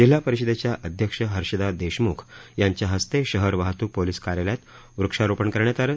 जिल्हा परिषदेच्या अध्यक्ष हर्षदा देशमुख यांच्या हस्ते शहर वाहतूक पोलीस कार्यालयात वृक्षारोपण करण्यात आलं